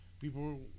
People